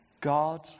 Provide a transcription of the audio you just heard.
God